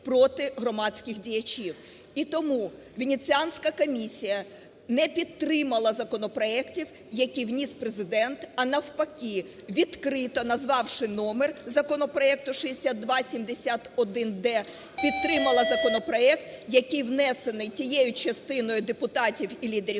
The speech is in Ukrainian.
І тому Венеціанська комісія не підтримала законопроектів, які вніс Президент. А навпаки, відкрито назвавши номер законопроекту 6271-д, підтримала законопроект, який внесений тією частиною депутатів і лідерів фракцій,